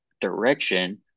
direction